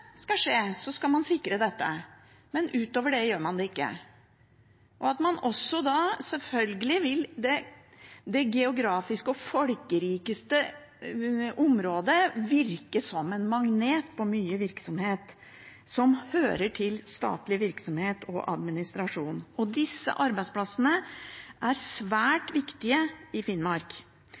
skal sikre av aktivitet i Finnmark. Statsråden kan riktignok forsikre at inntil sammenslåingstidspunktet skal man sikre dette, men utover det gjør man det ikke. Selvfølgelig vil det geografisk mest folkerike området virke som en magnet på mye statlig virksomhet og administrasjon. Og disse arbeidsplassene er svært viktige i Finnmark.